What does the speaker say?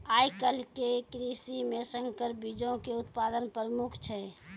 आइ काल्हि के कृषि मे संकर बीजो के उत्पादन प्रमुख छै